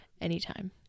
anytime